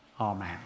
Amen